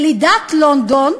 ילידת לונדון,